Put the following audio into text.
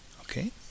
Okay